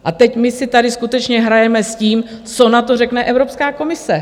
A teď my si tady skutečně hrajeme s tím, co na to řekne Evropská komise.